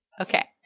Okay